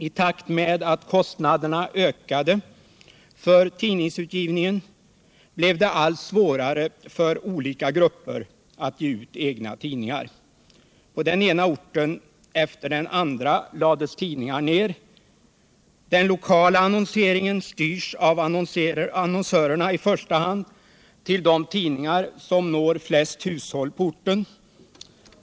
I takt med att kostnaderna för tidningsutgivningen ökade blev det allt svårare för olika grupper att ge ut egna tidningar. På den ena orten efter den andra lades tidningar ner. Den lokala annonseringen styrs av annonsörerna till i första hand de tidningar som når flest hushåll på orten.